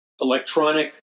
electronic